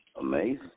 Amazing